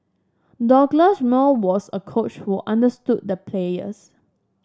Douglas Moore was a coach who understood the players